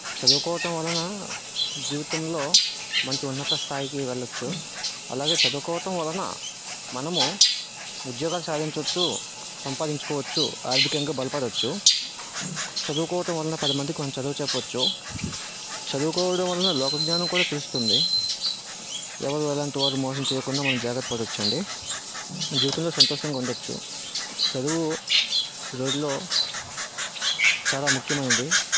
చదువుకోవటం వలనా జీవితంలో మంచి ఉన్నత స్థాయికి వెళ్ళవచ్చు అలాగే చదువుకోవటం వలన మనము ఉద్యోగం సాధించవచ్చు సంపాదించుకోవచ్చు ఆర్థికంగా బలపడవచ్చు చదువుకోవటం వలన పదిమందికి మనం చదువు చెప్పవచ్చు చదువుకోవడం వలన లోకజ్ఞానం కూడా తెలుస్తుంది ఎవరు ఎలాంటి వారు మోసం చేయకుండా మనం జాగ్రత్త పడొచ్చండి జీవితంలో సంతోషంగా ఉండవచ్చు చదువు ఈ రోజుల్లో చాలా ముఖ్యమైనది